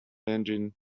engine